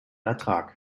ertrag